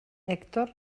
hèctor